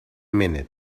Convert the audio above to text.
minute